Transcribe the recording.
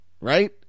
right